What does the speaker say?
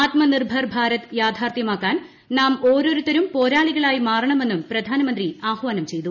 ആത്മനിർഭർ ഭാരത് യാഥാർത്ഥ്യമാക്കാൻ നാം ഓരോരുത്തരും പോരാളികളായി മാറണമെന്നും പ്രധാനമന്ത്രി ആഹ്വാനം ചെയ്തു